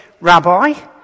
Rabbi